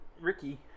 Ricky